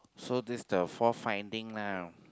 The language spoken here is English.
so this is the fourth finding lah